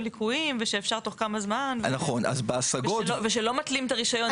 ליקויים ושאפשר תוך כמה זמן ושלא מתלים את הרישיון.